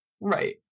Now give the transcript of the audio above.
Right